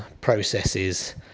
processes